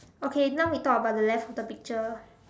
okay now we talk about the left of the picture